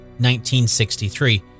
1963